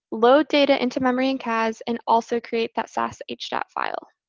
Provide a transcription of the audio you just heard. load data into memory in cas and also create that sashdat file.